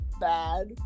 bad